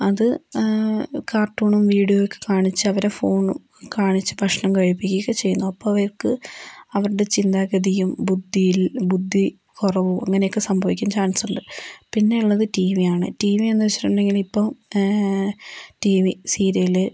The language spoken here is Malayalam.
അത് കാർട്ടൂണും വീഡിയോയും ഒക്കെ കാണിച്ച് അവരെ ഫോൺ കാണിച്ച് ഭക്ഷണം കഴിപ്പിക്കുകയും ചെയ്യുന്നു അപ്പൊൾ അവർക്ക് അവരുടെ ചിന്താഗതിയും ബുദ്ധി ബുദ്ധി കുറവ് അങ്ങനെ ഒക്കെ സംഭവിക്കാൻ ചാൻസുണ്ട് പിന്നെ ഉള്ളത് ടിവിയാണ് ടിവി എന്ന് വെച്ചിട്ടുണ്ടേങ്കില് ടിവി സീരിയല്